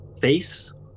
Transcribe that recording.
face